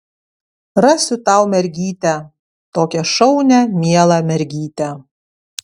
rasiu tau mergytę tokią šaunią mielą mergytę